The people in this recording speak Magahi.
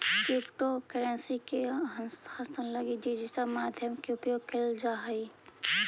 क्रिप्टो करेंसी के हस्तांतरण लगी डिजिटल माध्यम के उपयोग कैल जा हइ